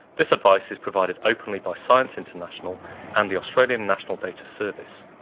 this advice is provided openly by science international and the australian national data service.